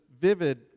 vivid